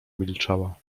milczała